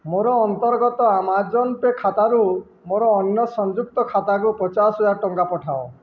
ମୋର ଅନ୍ତର୍ଗତ Amazon Pay ଖାତାରୁ ମୋର ଅନ୍ୟ ସଂଯୁକ୍ତ ଖାତାକୁ ପଚାଶ ହଜାର ଟଙ୍କା ପଠାଅ